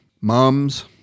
mums